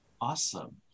Awesome